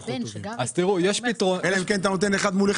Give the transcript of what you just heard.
אתה יכול לתת אחד מול אחד,